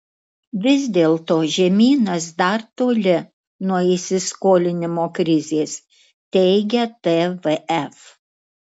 vis dėlto žemynas dar toli nuo įsiskolinimo krizės teigia tvf